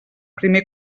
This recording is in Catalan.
primer